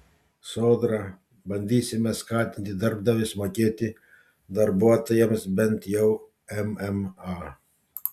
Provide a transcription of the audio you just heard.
sodra bandysime skatinti darbdavius mokėti darbuotojams bent jau mma